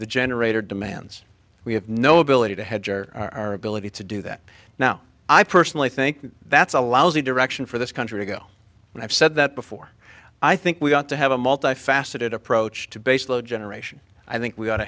the generator demands we have no ability to hedge or our ability to do that now i personally think that's a lousy direction for this country to go and i've said that before i think we ought to have a multifaceted approach to baseload generation i think we ought to